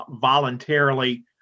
voluntarily